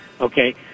okay